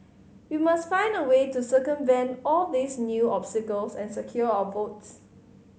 we must find a way to circumvent all these new obstacles and secure our votes